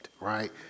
right